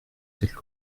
cette